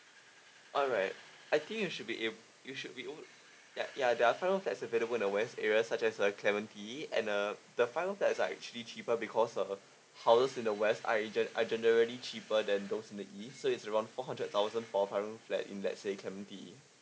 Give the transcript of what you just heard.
alright I think you should be ab~ you should be on~ yeah yeah there are five room flats available in the west area such as like clementi and uh the five room flats are actually cheaper because uh houses in the west I gen~ are generally cheaper than those in the east so is around four hundred thousand for five room flat in let's say clementi